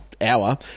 hour